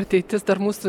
ateitis dar mūsų